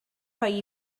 rhoi